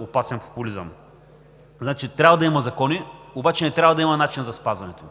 опасен популизъм – значи трябва да има закони, обаче не трябва да има начин за спазването